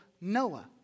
Noah